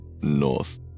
north